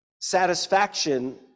satisfaction